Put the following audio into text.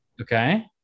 Okay